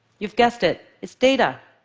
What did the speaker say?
you've guessed it it's data.